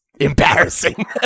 embarrassing